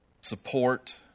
support